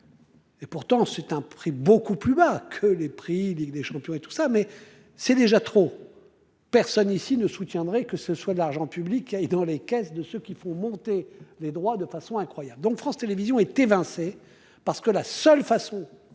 Et pourtant c'est un prix beaucoup plus bas que les prix. Ligue des champions et tout ça mais c'est déjà trop. Personne ici ne soutiendrait que ce soit de l'argent public et dans les caisses de ce qu'il faut monter les droits de façon incroyable, donc France Télévision est évincé. Parce que la seule façon